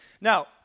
Now